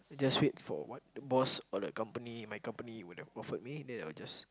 just wait for what boss or the company my company would have offered me then I would just